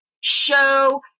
show